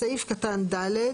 בסעיף קטן (ד),